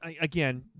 again